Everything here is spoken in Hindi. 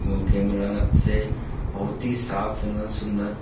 वो केमरा से बहुत ही साफ है सुंदर